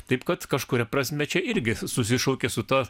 taip kad kažkuria prasme čia irgi susišaukė su tuo